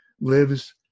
lives